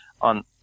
on